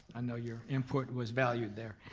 i know your input was valued there.